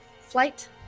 flight